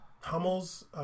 Hummels